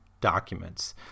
documents